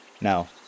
Now